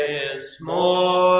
is more